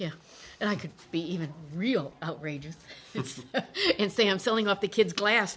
yeah and i could be even real outrageous and say i'm selling off the kids glass